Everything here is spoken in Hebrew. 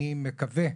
אני מקווה,